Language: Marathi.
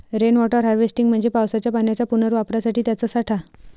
रेन वॉटर हार्वेस्टिंग म्हणजे पावसाच्या पाण्याच्या पुनर्वापरासाठी त्याचा साठा